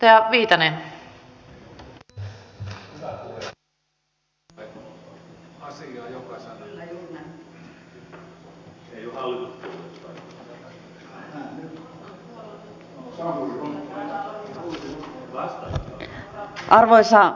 arvoisa rouva puhemies